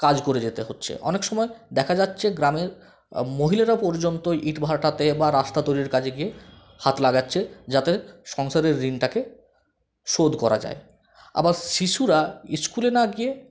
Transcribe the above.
কাজ করে যেতে হচ্ছে অনেকসময় দেখা যাচ্ছে গ্রামের মহিলারা পর্যন্ত ইট ভাঁটাতে বা রাস্তা তৈরির কাজে গিয়ে হাত লাগাচ্ছে যাতে সংসারের ঋণটাকে শোধ করা যায় আবার শিশুরা স্কুলে না গিয়ে